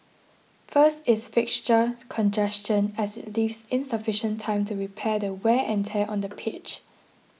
first is fixture congestion as it leaves insufficient time to repair the wear and tear on the pitch